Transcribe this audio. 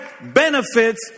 benefits